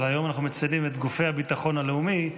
אבל היום אנחנו מציינים את גופי הביטחון הלאומי.